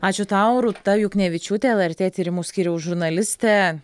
ačiū tau rūta juknevičiūtė lrt tyrimų skyriaus žurnalistė